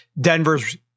Denver's